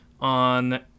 on